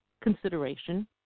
consideration